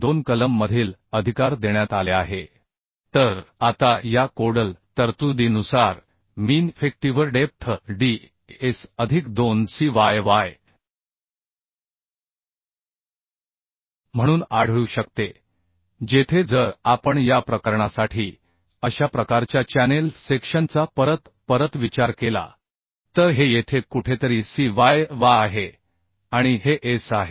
2 कलम मधील अधिकार देण्यात आले आहे तर आता या कोडल तरतुदीनुसार मीन इफेक्टिव्ह डेप्थ D ही S अधिक 2 C y y म्हणून आढळू शकते जेथे जर आपण या प्रकरणासाठी अशा प्रकारच्या चॅनेल सेक्शनचा परत परत विचार केला तर हे येथे कुठेतरी C y y आहे आणि हे S आहे